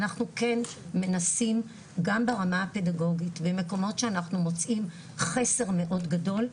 אנחנו כן מנסים גם ברמה הפדגוגית ומקומות שאנחנו מוצאים חסר מאוד גדול,